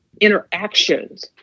interactions